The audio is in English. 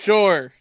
Sure